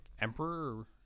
Emperor